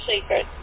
secret